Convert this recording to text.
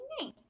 name